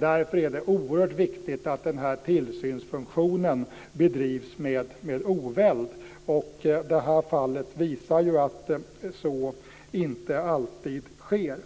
Därför är det oerhört viktigt att tillsynsfunktionen bedrivs med oväld. Detta fall visar att så inte alltid sker.